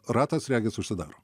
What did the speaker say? ratas regis užsidaro